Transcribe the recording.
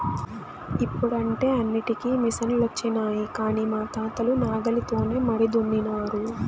ఇప్పుడంటే అన్నింటికీ మిసనులొచ్చినాయి కానీ మా తాతలు నాగలితోనే మడి దున్నినారు